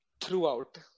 throughout